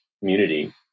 community